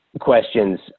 questions